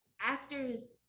actors